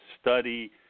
study